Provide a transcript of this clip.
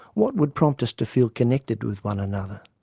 what would prompt us to feel connected with one another?